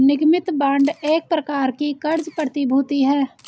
निगमित बांड एक प्रकार की क़र्ज़ प्रतिभूति है